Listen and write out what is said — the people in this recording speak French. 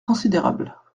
considérable